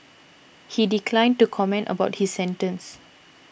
he declined to comment about his sentence